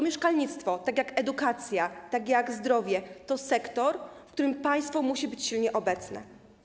Mieszkalnictwo tak jak edukacja, tak jak zdrowie to sektor, w którym państwo musi być silnie obecne.